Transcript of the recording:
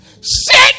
sit